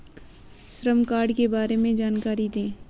श्रम कार्ड के बारे में जानकारी दें?